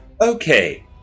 Okay